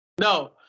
no